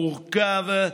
מורכב.